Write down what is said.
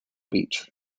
beach